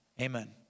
amen